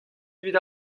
evit